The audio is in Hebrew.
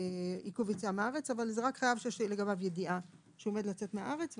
עיכוב יציאה מהארץ רק חייב שיש לגביו ידיעה שעומד לצאת מארץ,